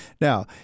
now